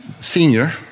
Senior